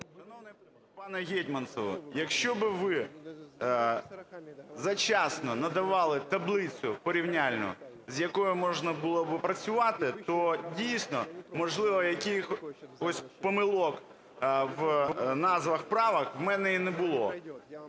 пане Гетманцев, якщо би ви завчасно надавали таблицю порівняльну, з якою можна було би працювати, то дійсно, можливо, якихось помилок в назвах правок в мене і не було.